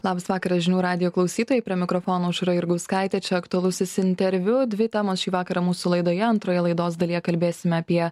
labas vakaras žinių radijo klausytojai prie mikrofono aušra jurgauskaitė čia aktualusis interviu dvi temos šį vakarą mūsų laidoje antroje laidos dalyje kalbėsime apie